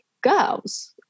girls